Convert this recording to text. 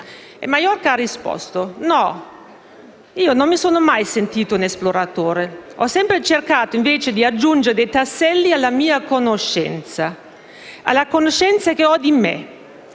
Maiorca ha risposto: «No, non mi sono mai sentito un esploratore, ho sempre cercato invece di aggiungere tasselli alla mia conoscenza, alla conoscenza che ho di me»,